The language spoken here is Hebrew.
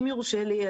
אם יורשה לי,